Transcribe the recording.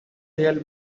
real